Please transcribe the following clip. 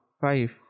Five